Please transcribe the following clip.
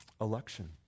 Election